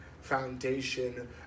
Foundation